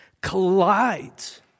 collides